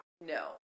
no